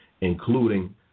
including